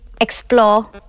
explore